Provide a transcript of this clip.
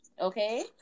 Okay